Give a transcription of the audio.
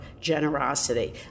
generosity